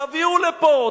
תבואו לפה,